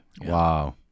Wow